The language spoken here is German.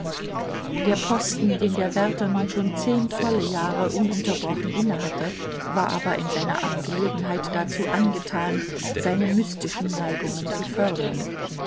der posten den der wärter nun schon zehn volle jahre ununterbrochen innehatte war aber in seiner abgelegenheit dazu angetan seine mystischen neigungen zu fördern